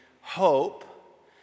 hope